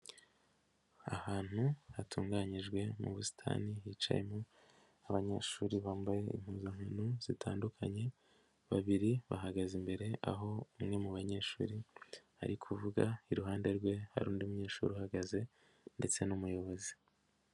Ahantu hatunganyijwe mu busitani, hicayemo abanyeshuri bambaye impuzankano zitandukanye, babiri bahagaze imbere aho umwe mu banyeshuri ari kuvuga iruhande rwe hari undi munyeshuri uhagaze ndetse n'umuyobozi.